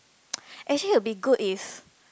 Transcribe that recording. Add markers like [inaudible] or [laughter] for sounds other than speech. [noise] actually it'll be good if